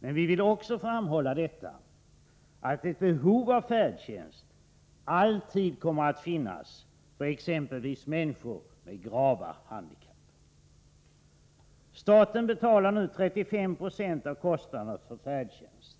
Men vi vill också framhålla att ett behov av färdtjänst alltid kommer att finnas, för exempelvis människor med grava rörelsehinder. Staten betalar nu 35 96 av kostnaderna för färdtjänst.